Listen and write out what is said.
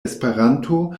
esperanto